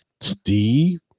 Steve